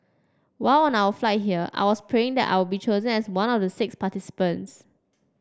while on our flight here I was praying that I'll be chosen as one of the six participants